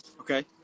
Okay